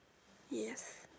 yes